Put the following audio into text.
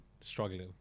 struggling